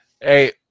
hey